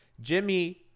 Jimmy